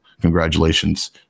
congratulations